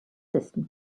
system